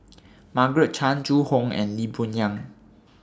Margaret Chan Zhu Hong and Lee Boon Yang